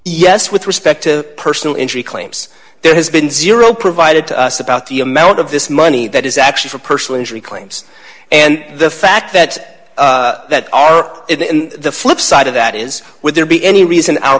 with respect to personal injury claims there has been zero provided to us about the amount of this money that is actually for personal injury claims and the fact that that are the flipside of that is would there be any reason our